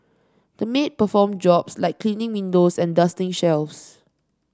the maid performed jobs like cleaning windows and dusting shelves